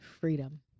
Freedom